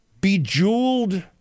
bejeweled